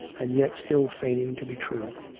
and yet still feigning to be true!